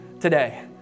today